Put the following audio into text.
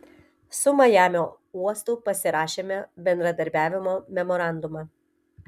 su majamio uostu pasirašėme bendradarbiavimo memorandumą